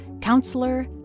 counselor